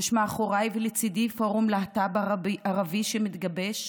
יש מאחוריי ולצידי פורום להט"ב ערבי שמתגבש,